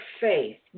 faith